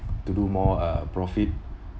to do more uh profit